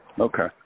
Okay